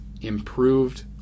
improved